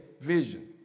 vision